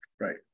Right